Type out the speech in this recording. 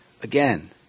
Again